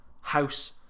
house